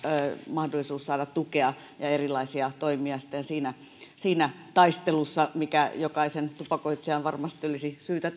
mahdollisuus saada tukea ja erilaisia toimia sitten siinä siinä taistelussa mikä jokaisen tupakoitsijan varmasti olisi syytä